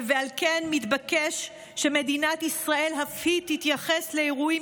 ועל כן מתבקש שמדינת ישראל אף היא תתייחס לאירועים